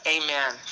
amen